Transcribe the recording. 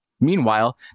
Meanwhile